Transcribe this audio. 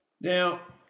Now